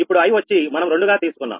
ఇప్పుడు i వచ్చి మనం 2 గా తీసుకున్నాం